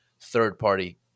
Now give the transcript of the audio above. third-party